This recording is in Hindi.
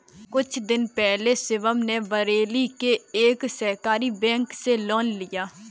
कुछ दिन पहले शिवम ने बरेली के एक सहकारी बैंक से लोन लिया